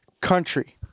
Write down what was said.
country